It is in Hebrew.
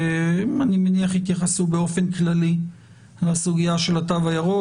שאני מניח שיתייחסו באופן כללי לסוגיה של התו הירוק,